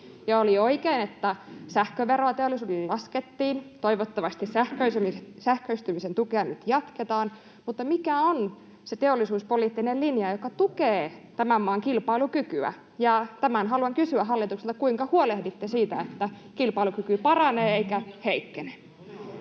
oli oikein, että sähköveroa teollisuudelle laskettiin. Toivottavasti sähköistymisen tukea nyt jatketaan. Mutta mikä on se teollisuuspoliittinen linja, joka tukee tämän maan kilpailukykyä? Tämän haluan kysyä hallitukselta: kuinka huolehditte siitä, että kilpailukyky paranee eikä heikkene?